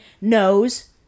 knows